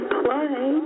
play